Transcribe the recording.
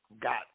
got